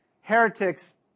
heretics